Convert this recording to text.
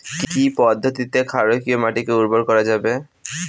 কি পদ্ধতিতে ক্ষারকীয় মাটিকে উর্বর করা যাবে?